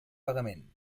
pagament